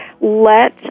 let